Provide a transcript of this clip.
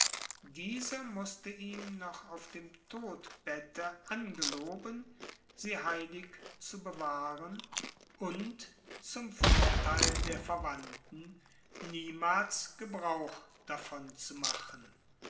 dieser mußte ihm noch am todbette angeloben sie heilig zu bewahren und zum vorteil der verwandten niemals gebrauch davon zu machen